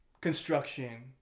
Construction